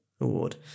award